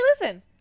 listen